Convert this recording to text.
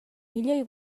miloi